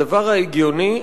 הדבר ההגיוני,